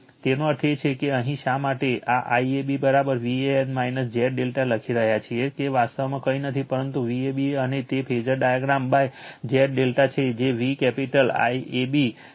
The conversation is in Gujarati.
તો તેનો અર્થ એ છે કે અહીં શા માટે આ IAB Van Z ∆ લખી રહ્યા છીએ જે વાસ્તવમાં કંઈ નથી પરંતુ Vab અમને તે ફેઝર ડાયાગ્રામ Z∆ કે જે V કેપિટલ ABZ∆ છે